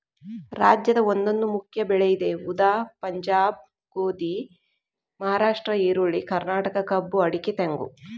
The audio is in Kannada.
ರಾಜ್ಯದ ಒಂದೊಂದು ಮುಖ್ಯ ಬೆಳೆ ಇದೆ ಉದಾ ಪಂಜಾಬ್ ಗೋಧಿ, ಮಹಾರಾಷ್ಟ್ರ ಈರುಳ್ಳಿ, ಕರ್ನಾಟಕ ಕಬ್ಬು ಅಡಿಕೆ ತೆಂಗು